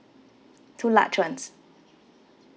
two large ones